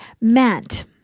meant